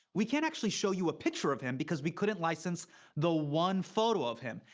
we can't actually show you a picture of him, because we couldn't license the one photo of him.